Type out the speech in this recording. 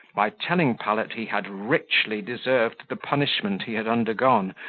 by telling pallet he had richly deserved the punishment he had undergone,